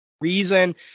reason